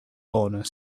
owner